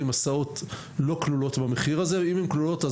הסעות לא כללות במחיר הזה ואם הן כלולות,